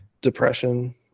depression